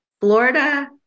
Florida